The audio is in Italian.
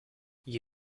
gli